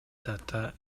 тарта